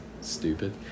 stupid